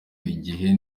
igihe